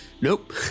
Nope